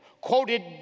quoted